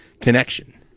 connection